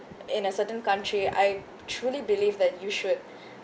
in a certain country I truly believe that you should